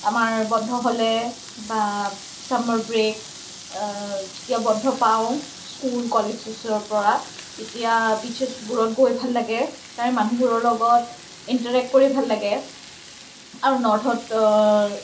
আমাৰ বন্ধ হ'লে বা ছামাৰ ব্ৰেক যেতিয়া বন্ধ পাওঁ স্কুল কলেজেছৰপৰা তেতিয়া বীছেছবোৰত গৈ ভাল লাগে তাৰে মানুহবোৰৰ লগত ইন্টেৰেক কৰি ভাল লাগে আৰু নৰ্থত